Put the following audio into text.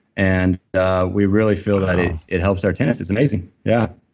and ah we really feel that it helps our tennis it's amazing. yeah